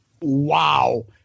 Wow